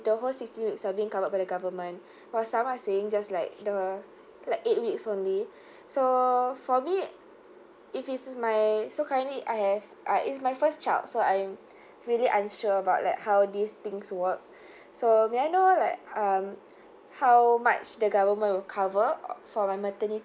the whole sixteen weeks have been covered by the government or some are saying just like the like eight weeks only so for me if it's my so currently I have uh it's my first child so I'm really unsure about like how these things work so may I know like um how much the government will cover uh for my maternity